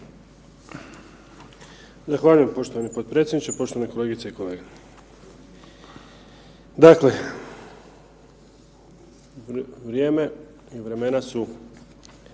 Zahvaljujem poštovani potpredsjedniče, poštovane kolegice i kolege. Dakle, vrijeme i vremena su